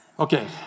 Okay